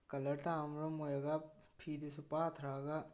colour ꯇꯥꯕꯅ ꯃꯔꯝ ꯑꯣꯏꯔꯒ ꯐꯤꯗꯨꯁꯨ ꯄꯥꯊꯔꯛꯑꯒ